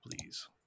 please